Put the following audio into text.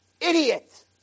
Idiot